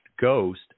Ghost